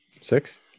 Six